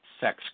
sex